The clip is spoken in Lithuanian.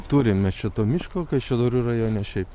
turim mes čia to miško kaišiadorių rajone šiaip